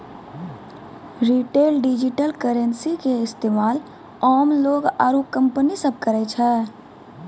retail digital currency के इस्तेमाल आम लोग आरू कंपनी सब करै छै